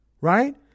right